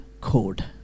code